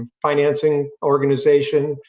financing organization,